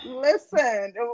listen